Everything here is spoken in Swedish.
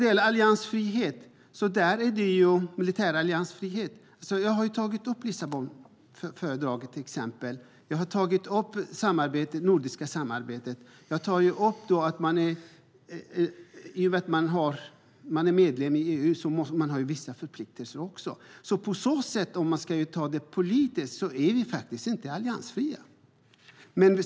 Vad beträffar militär alliansfrihet har jag tagit upp Lissabonfördraget. Jag har tagit upp det nordiska samarbetet. Jag har tagit upp att vi som medlemmar i EU har vissa förpliktelser. Om vi ska se på det politiskt är vi inte alliansfria.